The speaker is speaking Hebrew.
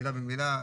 מילה במילה,